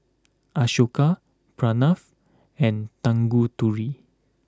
Ashoka Pranav and Tanguturi